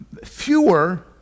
Fewer